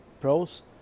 pros